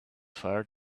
fire